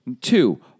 Two